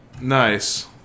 Nice